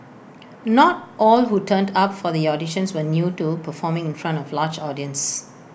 not all who turned up for the auditions were new to performing in front of large audience